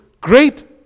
great